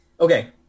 okay